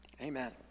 Amen